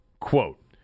Quote